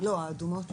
והאדומות.